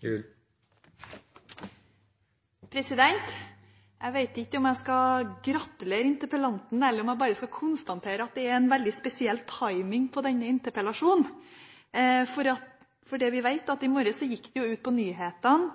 sin innsats. Jeg vet ikke om jeg skal gratulere interpellanten, eller om jeg bare skal konstatere at det er en veldig spesiell «timing» på denne interpellasjonen. Vi vet at i dag tidlig gikk det ut på nyhetene –